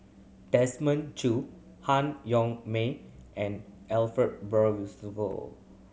Desmond Choo Han Yong May and Ariff Bongso